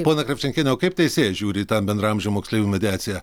ponia kravčenkiene o kaip teisėjai žiūri į tą bendraamžių moksleivių mediaciją